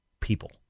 people